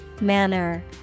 Manner